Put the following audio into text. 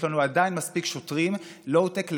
ויש לנו עדיין מספיק שוטרים לואו-טק לגמרי,